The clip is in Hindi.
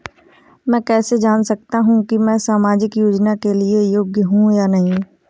मैं कैसे जान सकता हूँ कि मैं सामाजिक योजना के लिए योग्य हूँ या नहीं?